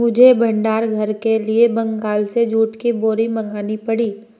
मुझे भंडार घर के लिए बंगाल से जूट की बोरी मंगानी पड़ी